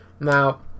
now